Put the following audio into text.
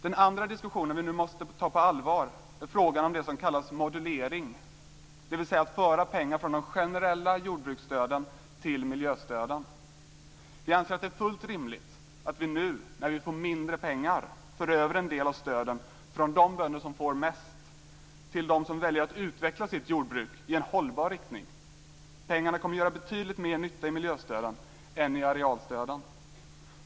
Den andra diskussion vi nu måste föra på allvar gäller frågan om det som kallas modulering, dvs. att föra pengar från de generella jordbruksstöden till miljöstöden. Vi anser att det är fullt rimligt att vi nu när vi får mindre pengar för över en del av stöden från de bönder som får mest till dem som väljer att utveckla sitt jordbruk i en hållbar riktning. Pengarna kommer att göra betydligt mer nytta i miljöstöden än i arealstöden.